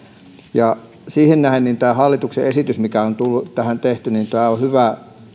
piirissä siihen nähden tämä hallituksen esitys mikä on tähän tehty on hyvä